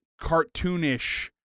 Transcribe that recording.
cartoonish